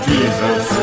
Jesus